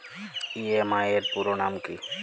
EMI এর পুরোনাম কী?